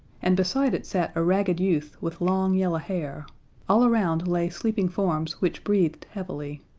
and beside it sat a ragged youth with long, yellow hair all around lay sleeping forms which breathed heavily.